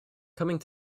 coming